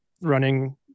running